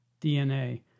DNA